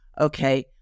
okay